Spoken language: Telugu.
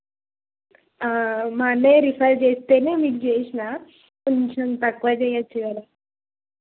మా అన్నయ్య రిఫర్ చేస్తే మీకు చేసిన కొంచెం తక్కువ చేయవచ్చు కదా